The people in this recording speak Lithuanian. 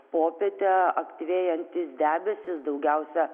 popietę aktyvėjantys debesys daugiausia